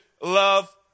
love